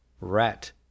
rat